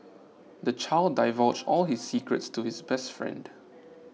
the child divulged all his secrets to his best friend